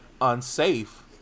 unsafe